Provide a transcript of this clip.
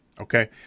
Okay